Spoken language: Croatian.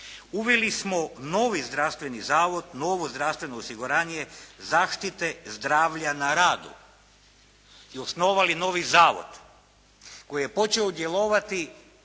Uveli smo novi zdravstveni zavod, novo zdravstveno osiguranje zaštite zdravlja na radu i osnovali novi zavod koji je počeo djelovati